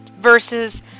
versus